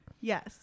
Yes